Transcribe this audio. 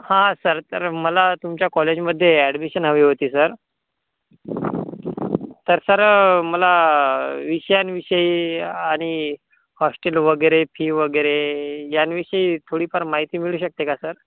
हां सर तर मला तुमच्या कॉलेजमध्ये ॲडमिशन हवी होती सर तर सर मला विषयांविषयी आणि हॉस्टेल वगैरे फी वगैरे यांविषयी थोडीफार माहिती मिळू शकते का सर